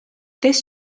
this